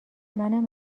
منم